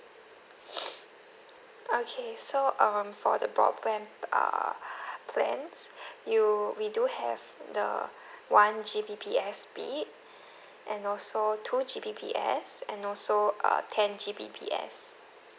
okay so um for the broadband err plans you we do have the one G_B_P_S speed and also two G_B_P_S and also uh ten G_B_P_S